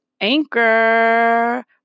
Anchor